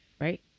right